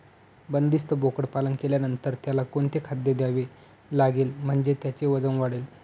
बंदिस्त बोकडपालन केल्यानंतर त्याला कोणते खाद्य द्यावे लागेल म्हणजे त्याचे वजन वाढेल?